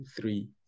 three